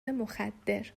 مخدر